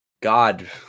God